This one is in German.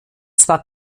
zwar